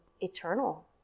eternal